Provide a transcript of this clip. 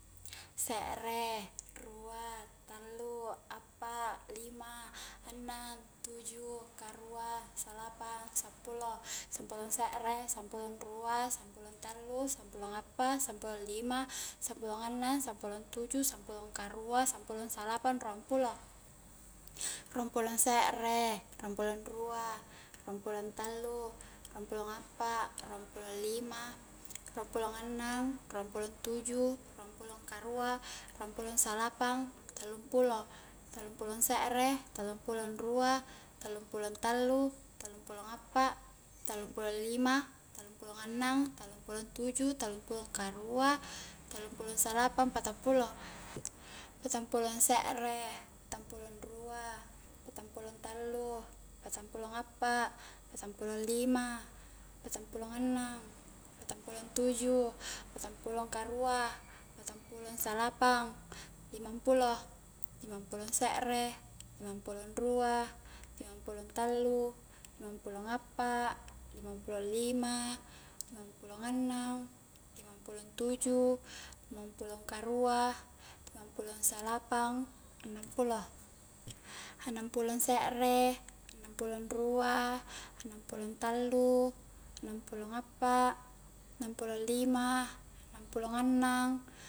Se're, rua, tallu, appa, lima, annang, tuju, karua, salapang, sampulo, sampulong se're, sampulong rua, sampulong tallu, sampulong appa, sampulong lima, sampulong annang, sampulong tuju, sampulong karua, sampulong salapang, ruang pulo, ruang pulo se're, ruang pulo rua, ruang pulo tallu, ruang pulo appa, ruang pulo lima, ruang pulo annang, ruang pulo tuju, ruang pulo karua, ruang pulo salapang, tallung pulo, tallung pulo se're, tallung pulo rua, tallung pulo tallu tallung pulo appa, tallung pulo lima, tallung pulo annang, tallung pulo tuju, tallung pulo karua, tallung pulo salapang, patang pulo, patang pulo se're, patang pulo rua, patang pulo tallu, patang pulo appa, patang pulo lima, patang pulo annang, patang pulo tuju, patang pulo karua, patang pulo salapang, limang pulo limang pulo se're, limang pulo rua, limang pulo tallu, limang pulo appa, limang pulo lima, limang pulo annang, limang pulo tuju, limang pulo karua, limang pulo salapang, annang pulo, annang pulo se're, annang pulo rua, annang pulo tallu, annang pulo appa, annang pulo lima annang pulo annang